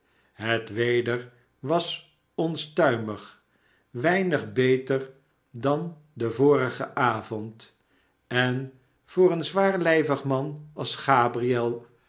het weder was onstuimig t weinig beter dan den vorigen avond en voor een zwaarlijvig man als gabriel